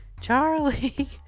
charlie